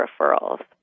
referrals